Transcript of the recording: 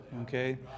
okay